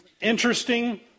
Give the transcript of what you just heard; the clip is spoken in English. interesting